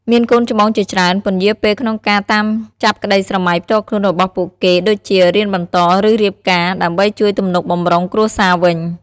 មានកូនច្បងជាច្រើន ពន្យារពេលក្នុងការតាមចាប់ក្ដីស្រមៃផ្ទាល់ខ្លួនរបស់ពួកគេដូចជា រៀនបន្ត ឬរៀបការ ដើម្បីជួយទំនុកបម្រុងគ្រួសារវិញ។